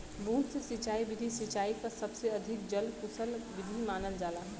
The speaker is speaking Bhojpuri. बूंद से सिंचाई विधि सिंचाई क सबसे अधिक जल कुसल विधि मानल जाला